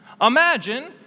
Imagine